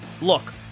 Look